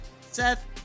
seth